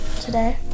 today